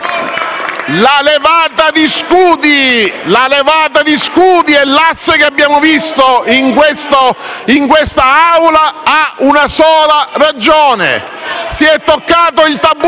La levata di scudi e l'asse che abbiamo visto in quest'Aula hanno una sola ragione: si è toccato il tabù